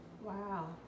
Wow